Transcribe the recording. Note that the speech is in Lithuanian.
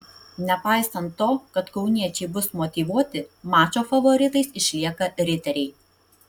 nepaisant to kad kauniečiai bus motyvuoti mačo favoritais išlieka riteriai